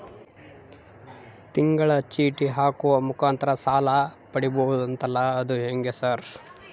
ತಿಂಗಳ ಚೇಟಿ ಹಾಕುವ ಮುಖಾಂತರ ಸಾಲ ಪಡಿಬಹುದಂತಲ ಅದು ಹೆಂಗ ಸರ್?